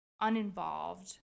uninvolved